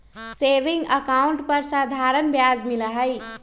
saving account पर साधारण ब्याज मिला हई